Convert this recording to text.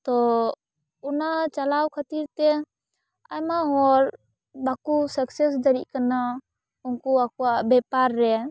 ᱛᱚ ᱚᱱᱟ ᱪᱟᱞᱟᱣ ᱠᱷᱟᱹᱛᱤᱨ ᱛᱮ ᱟᱭᱢᱟ ᱦᱚᱲ ᱵᱟᱠᱚ ᱥᱟᱠᱥᱮᱥ ᱫᱟᱲᱮᱜ ᱠᱟᱱᱟ ᱩᱱᱠᱩ ᱟᱠᱚᱣᱟᱜ ᱵᱮᱯᱟᱨ ᱨᱮ